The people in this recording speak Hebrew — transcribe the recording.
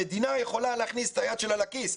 המדינה יכולה להכניס את היד שלה לכיס.